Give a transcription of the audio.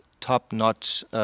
top-notch